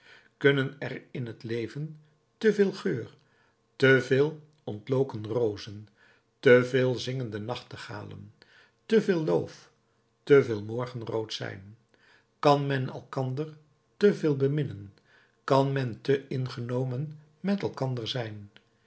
kunnen er in het leven te veel geur te veel ontloken rozen te veel zingende nachtegalen te veel loof te veel morgenrood zijn kan men elkander te veel beminnen kan men te ingenomen met elkander zijn